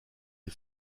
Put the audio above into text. les